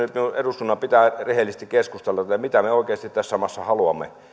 eduskunnan pitää nyt rehellisesti keskustella mitä me oikeasti tässä maassa haluamme